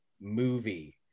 movie